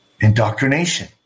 Indoctrination